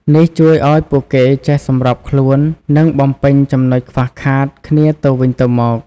នេះជួយឱ្យពួកគេចេះសម្របខ្លួន និងបំពេញចំនុចខ្វះខាតគ្នាទៅវិញទៅមក។